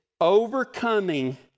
overcoming